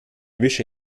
wische